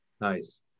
Nice